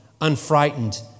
unfrightened